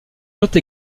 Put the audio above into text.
note